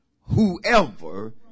whoever